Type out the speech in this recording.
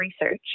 research